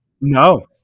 No